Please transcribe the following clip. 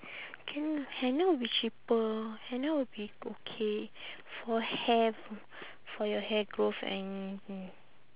can henna will be cheaper henna will be okay for hair for your hair growth and